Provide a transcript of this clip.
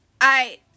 I